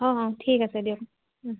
অ অ ঠিক আছে দিয়ক ওম